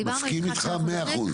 מסכים איתך 100 אחוזים.